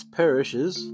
perishes